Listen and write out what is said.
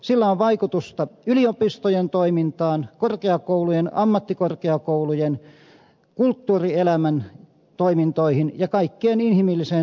sillä on vaikutusta yliopistojen toimintaan korkeakoulujen ammattikorkeakoulujen kulttuurielämän toimintoihin ja kaikkeen inhimilliseen toimintaan